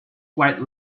quite